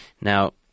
now